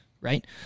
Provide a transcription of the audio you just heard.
right